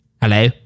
Hello